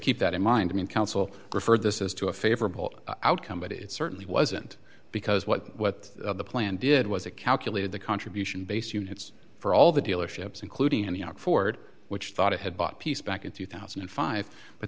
keep that in mind i mean council referred this is to a favorable outcome but it certainly wasn't because what the plan did was a calculated the contribution base units for all the dealerships including and you know ford which thought it had bought piece back in two thousand and five but